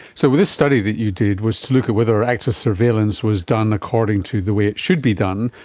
so this study that you did was to look at whether active surveillance was done according to the way it should be done,